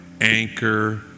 anchor